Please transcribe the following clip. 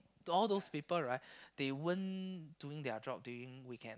to all those people right they weren't doing their job during weekend